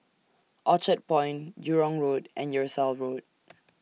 Orchard Point Jurong Road and Tyersall Road